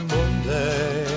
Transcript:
Monday